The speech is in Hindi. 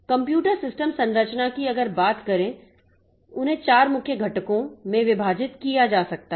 कंप्यूटर सिस्टम संरचना की अगर बात करे उन्हें 4 मुख्य घटकों में विभाजित किया जा सकता है